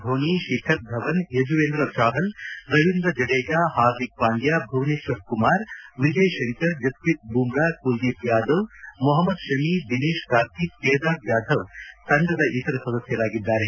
ಧೋನಿ ಶಿಖರ್ ಧವನ್ ಯಜುವೇಂದ್ರ ಜಾಹಲ್ ರವೀಂದ್ರ ಜಡೇಜಾ ಹಾರ್ದಿಕ್ ಪಾಂಡ್ಕ ಭುವನೇಶ್ವರ್ ಕುಮಾರ್ ವಿಜಯ್ ಶಂಕರ್ ಜಸ್ಲೀತ್ ಬೂಮ್ರಾ ಕುಲದೀಪ್ ಯಾದವ್ ಮೊಹಮ್ಮದ್ ಶಮಿ ದಿನೇಶ್ ಕಾರ್ತಿಕ್ ಕೇದಾರ್ ಜಾಧವ್ ತಂಡದ ಇತರ ಸದಸ್ಯರಾಗಿದ್ದಾರೆ